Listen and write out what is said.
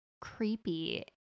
creepy